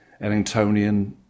Ellingtonian